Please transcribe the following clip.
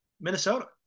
Minnesota